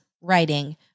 writing